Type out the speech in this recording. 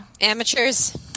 Amateurs